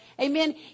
Amen